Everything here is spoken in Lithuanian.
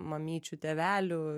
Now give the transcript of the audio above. mamyčių tėvelių